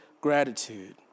gratitude